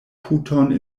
puton